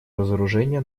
разоружения